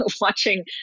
watching